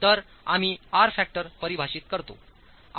तर आम्ही R factor परिभाषित करतो